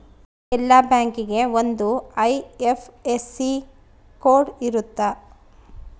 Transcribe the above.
ಎಲ್ಲಾ ಬ್ಯಾಂಕಿಗೆ ಒಂದ್ ಐ.ಎಫ್.ಎಸ್.ಸಿ ಕೋಡ್ ಇರುತ್ತ